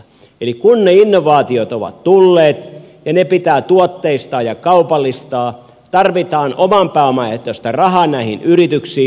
eli kun ne innovaatiot ovat tulleet ja ne pitää tuotteistaa ja kaupallistaa tarvitaan oman pääoman ehtoista rahaa näihin yrityksiin